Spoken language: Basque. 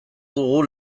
dugu